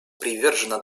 привержено